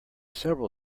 several